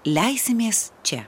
leisimės čia